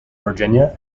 virginia